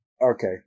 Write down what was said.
Okay